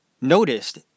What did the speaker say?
noticed